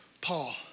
Paul